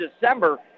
December